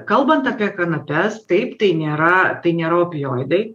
kalbant apie kanapes taip tai nėra tai nėra opioidai